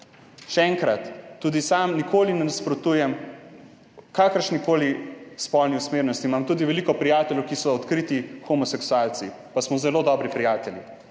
Še enkrat, tudi sam nikoli ne nasprotujem kakršnikoli spolni usmerjenosti. Imam tudi veliko prijateljev, ki so odkriti homoseksualci, pa smo zelo dobri prijatelji.